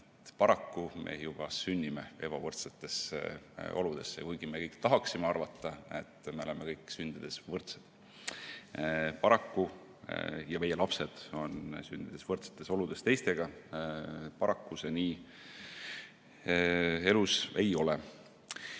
Paraku me juba sünnime ebavõrdsetesse oludesse, kuigi me kõik tahaksime arvata, et me oleme kõik sündides võrdsed ja meie lapsed on sündides teistega võrdsetes oludes. Paraku see nii elus ei ole.